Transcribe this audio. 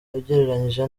ugereranyije